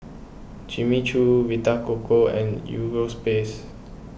Jimmy Choo Vita Coco and Europace